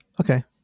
Okay